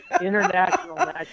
international